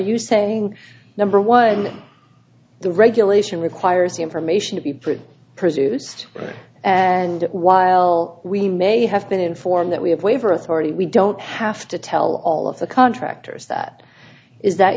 you saying number one the regulation requires the information to be put produced and while we may have been informed that we have waiver authority we don't have to tell all of the contractors that is that